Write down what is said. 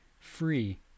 free